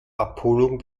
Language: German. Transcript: abholung